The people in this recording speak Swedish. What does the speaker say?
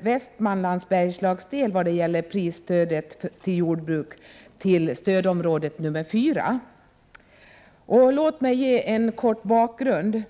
Västmanlands bergslagsdel vad gäller prisstödet till jordbruket skall överföras till stödområde 4. Låt mig ge en kort bakgrund.